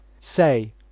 Say